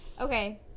Okay